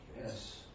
Yes